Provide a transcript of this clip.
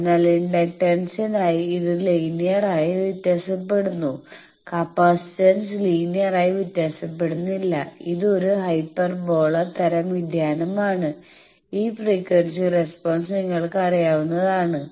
അതിനാൽ ഇൻഡക്ടൻസിനായി ഇത് ലിനീയർ ആയി വ്യത്യാസപ്പെടുന്നു കപ്പാസിറ്റൻസ് ലിനീയർ ആയി വ്യത്യാസപ്പെടുന്നില്ല ഇത് ഒരു ഹൈപ്പർബോള തരം വ്യതിയാനമാണ് ഈ ഫ്രീക്വൻസി റെസ്പോൺസ് നിങ്ങൾക്കറിയാവുന്നതാണ്